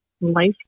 life